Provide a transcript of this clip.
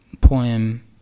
poem